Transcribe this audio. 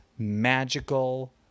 magical